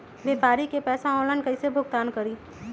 व्यापारी के पैसा ऑनलाइन कईसे भुगतान करी?